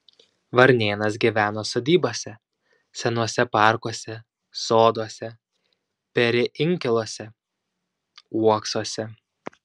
varnėnas gyvena sodybose senuose parkuose soduose peri inkiluose uoksuose